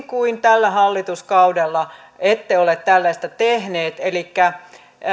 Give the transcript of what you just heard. kuin tällä hallituskaudella ette ole tällaista tehneet